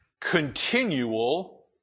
continual